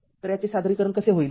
तर याचे सादरीकरण कसे होईल